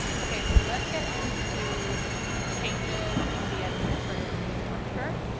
okay. so let's get into changes in the administrative fee structure.